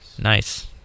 Nice